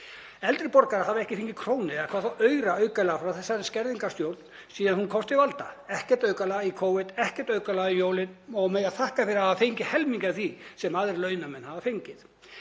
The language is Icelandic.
Eldri borgarar hafa ekki fengið krónu eða hvað þá aura aukalega frá þessari skerðingarstjórn síðan hún komst til valda; ekkert aukalega í Covid, ekkert aukalega um jólin og mega þakka fyrir að hafa fengið helminginn af því sem aðrir launamenn hafa fengið.